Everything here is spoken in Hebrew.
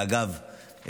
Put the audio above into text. אגב,